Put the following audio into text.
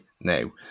now